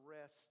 rest